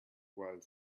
while